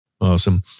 Awesome